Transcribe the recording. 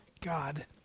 God